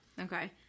Okay